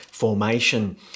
formation